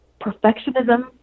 Perfectionism